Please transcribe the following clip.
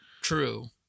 True